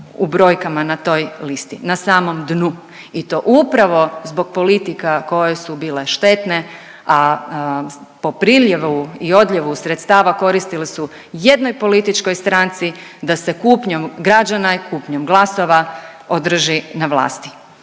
u brojkama na toj listi, na samom dnu i to upravo zbog politika koje su bile štetne, a po priljevu i odljevu sredstava koristili su jednoj političkoj stranci da se kupnjom građana i kupnjom glasova održi na vlasti.